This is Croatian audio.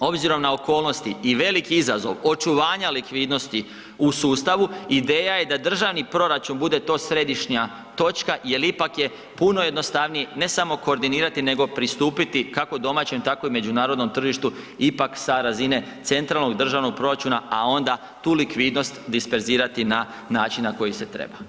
Obzirom na okolnosti i velik izazov očuvanja likvidnosti u sustavu, ideja je da Državni proračun bude to središnja točka jer ipak je puno jednostavnije, ne samo koordinirati nego pristupiti, kako domaćem, tako i međunarodnom tržištu ipak sa razine centralnog državnog proračuna, a onda tu likvidnost disperzirati na način na koji se treba.